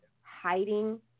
hiding